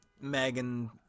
Megan